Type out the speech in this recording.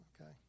okay